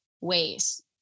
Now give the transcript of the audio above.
ways